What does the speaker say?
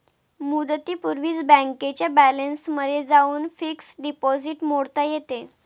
मुदतीपूर्वीच बँकेच्या बॅलन्समध्ये जाऊन फिक्स्ड डिपॉझिट मोडता येते